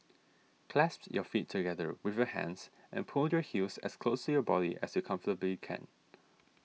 clasp your feet together with your hands and pull your heels as close your body as you comfortably can